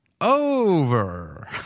over